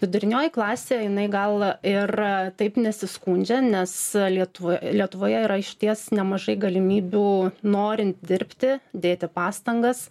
vidurinioji klasė jinai gal ir taip nesiskundžia nes lietuvo lietuvoje yra išties nemažai galimybių norint dirbti dėti pastangas